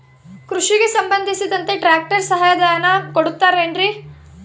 ಕೃಷಿಗೆ ಸಂಬಂಧಿಸಿದಂತೆ ಟ್ರ್ಯಾಕ್ಟರ್ ಸಹಾಯಧನ ಕೊಡುತ್ತಾರೆ ಏನ್ರಿ?